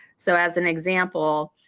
so as an example,